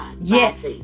Yes